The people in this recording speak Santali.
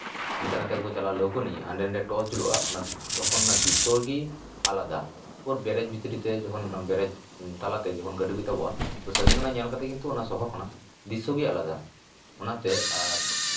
ᱦᱟᱱᱛᱮ ᱱᱟᱛᱮ ᱠᱚ ᱪᱟᱞᱟᱜᱼᱟ ᱞᱟᱹᱣᱠᱟᱹ ᱱᱤᱭᱮ ᱦᱟᱸᱰᱮ ᱱᱟᱰᱮ ᱴᱚᱨᱪ ᱡᱩᱞᱩᱜᱼᱟ ᱛᱚᱠᱷᱚᱱ ᱚᱱᱟ ᱫᱨᱤᱥᱥᱚ ᱜᱮ ᱟᱞᱟᱫᱟ ᱛᱟᱨᱯᱚᱨ ᱵᱮᱨᱮᱡᱽ ᱵᱷᱤᱛᱨᱤ ᱛᱮ ᱚᱱᱟ ᱵᱮᱨᱮᱡᱽ ᱛᱟᱞᱟ ᱛᱮ ᱡᱚᱠᱷᱚᱱ ᱜᱟᱹᱰᱤ ᱠᱚ ᱛᱟᱵᱚᱜᱼᱟ ᱛᱚ ᱥᱟᱺᱜᱤᱧ ᱠᱷᱚᱱᱟᱜ ᱧᱮᱞ ᱠᱟᱛᱮ ᱜᱮ ᱚᱱᱟ ᱥᱚᱦᱚᱨ ᱠᱟᱱᱟ ᱫᱨᱤᱥᱥᱚ ᱜᱮ ᱟᱞᱟᱫᱟ ᱚᱱᱟᱛᱮ ᱟᱨ